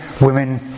women